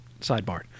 sidebar